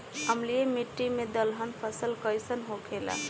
अम्लीय मिट्टी मे दलहन फसल कइसन होखेला?